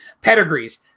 Pedigrees